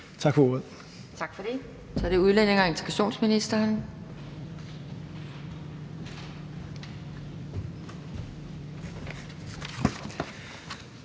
Kjærsgaard): Tak for det. Så er det udlændinge- og integrationsministeren.